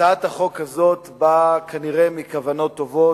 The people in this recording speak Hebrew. הצעת החוק הזאת באה כנראה מכוונות טובות,